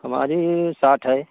हमारी साठ है